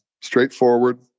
straightforward